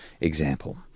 example